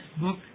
book